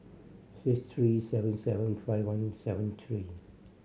six three seven seven five one seven three